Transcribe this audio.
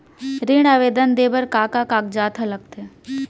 ऋण आवेदन दे बर का का कागजात ह लगथे?